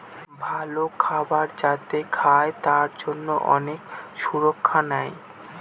ভালো খাবার যাতে খায় তার জন্যে অনেক সুরক্ষা নেয়